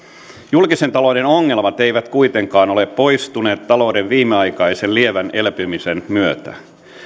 julkisen talouden ongelmat eivät kuitenkaan ole poistuneet talouden viimeaikaisen lievän elpymisen myötä